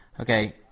Okay